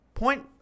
Point